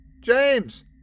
James